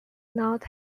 not